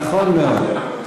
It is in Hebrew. נכון מאוד.